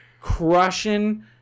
Crushing